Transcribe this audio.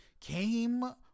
came